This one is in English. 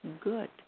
good